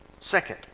Second